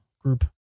Group